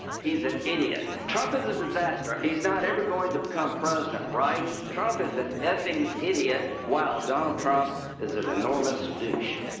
he's an idiot. trump is a disaster. he's not ever going to become president, right? trump is and an f-ing idiot. wow, donald trump is an enormous douche.